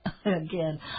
again